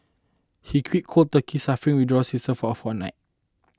he quit cold turkey suffering withdrawal symptoms for a fortnight